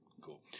cool